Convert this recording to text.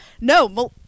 No